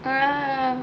err